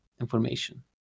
information